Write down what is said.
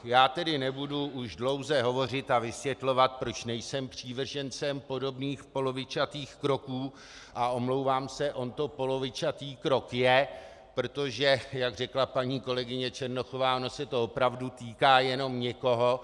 Já tedy nebudu už dlouze hovořit a vysvětlovat, proč nejsem přívržencem podobných polovičatých kroků, a omlouvám se, on to polovičatý krok je, protože jak řekla paní kolegyně Černochová, ono se to opravdu týká jenom někoho.